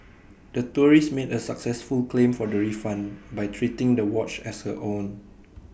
the tourist made A successful claim for the refund by treating the watch as her own